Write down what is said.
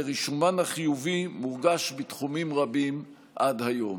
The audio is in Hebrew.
ורישומן החיובי מורגש בתחומים רבים עד היום.